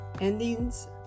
Endings